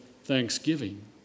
Thanksgiving